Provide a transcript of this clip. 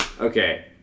Okay